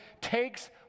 takes